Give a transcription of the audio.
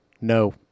No